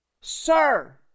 sir